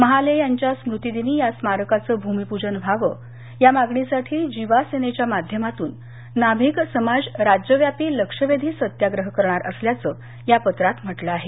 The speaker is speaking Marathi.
महाले यांच्या स्मृतीदिनी या स्मारकाचं भूमिपूजन व्हावं यासाठी जिवा सेनेच्या माध्यमातून नाभिक समाज राज्यव्यापी लक्षवेधी सत्याग्रह करणार असल्याचं या पत्रात म्हटलं आहे